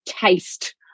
taste